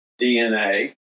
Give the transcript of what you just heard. DNA